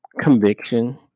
Conviction